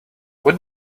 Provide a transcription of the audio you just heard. what